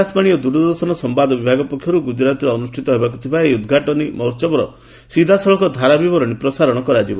ଆକାଶବାଣୀ ଓ ଦୂରଦର୍ଶନ ସମ୍ବାଦ ବିଭାଗ ପକ୍ଷରୁ ଗୁଜରାତଠାରେ ଅନୁଷ୍ଠିତ ହେବାକୁ ଥିବା ଏହି ଉଦ୍ଘାଟନୀ ମହୋହବର ସିଧାସଳଖ ଧାରାବିବରଣୀ ପ୍ରସାର କରାଯିବ